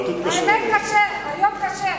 האמת קשה, היום קשה.